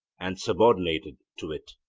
and subordinated to it.